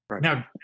now